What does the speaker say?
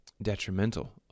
Detrimental